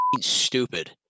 stupid